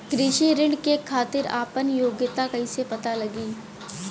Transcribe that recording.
कृषि ऋण के खातिर आपन योग्यता कईसे पता लगी?